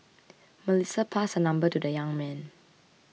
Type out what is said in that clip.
Melissa passed her number to the young man